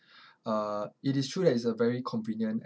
uh it is true that it's a very convenient